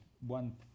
one